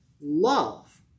love